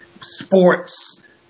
sports